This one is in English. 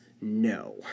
no